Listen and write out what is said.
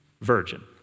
virgin